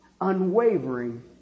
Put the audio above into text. unwavering